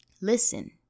listen